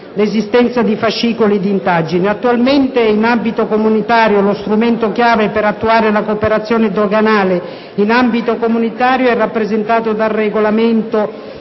sull'esistenza di fascicoli di indagine. Attualmente, in ambito comunitario, lo strumento-chiave per attuare la cooperazione doganale in ambito comunitario è rappresentato dal regolamento